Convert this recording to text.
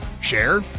Share